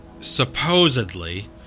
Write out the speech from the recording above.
supposedly